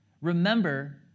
remember